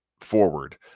forward